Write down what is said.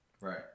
Right